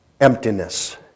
emptiness